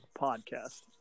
podcast